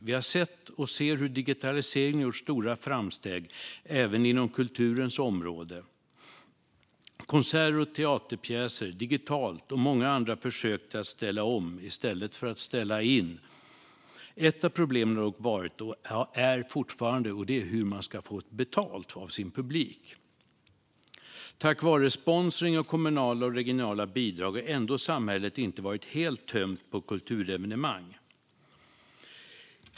Vi har sett och ser hur digitaliseringen har gjort stora framsteg även inom kulturens område med konserter och teaterpjäser digitalt och många andra försök att ställa om i stället för att ställa in. Ett av problemen har dock varit, och är fortfarande, hur man ska få betalt av sin publik. Tack vare sponsring och kommunala och regionala bidrag har ändå samhället inte varit helt tömt på kulturevenemang.